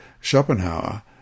Schopenhauer